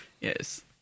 Yes